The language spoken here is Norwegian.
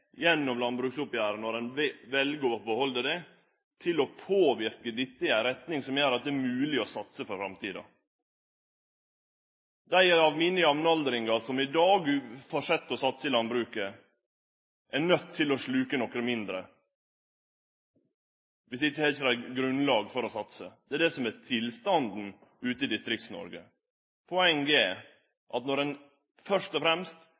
gjennom landbruksoppgjeret – når ein vel å behalde det – til å påverke dette i ei retning som gjer at det er mogleg å satse for framtida. Dei av mine jamaldringar som i dag held fram med å satse i landbruket, er nøydde til å sluke noko mindre – om ikkje, har dei ikkje grunnlag for å satse. Det er det som er tilstanden ute i Distrikts-Noreg. Poenget er at når ein først og fremst